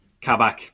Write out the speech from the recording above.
Kabak